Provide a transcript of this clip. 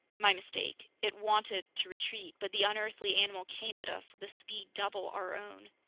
my mistake. it wanted to retreat, but the unearthly animal came at us with a speed double our own.